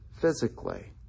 physically